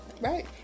right